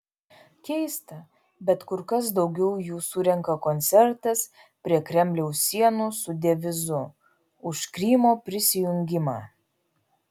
keista bet kur kas daugiau jų surenka koncertas prie kremliaus sienų su devizu už krymo prisijungimą